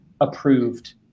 approved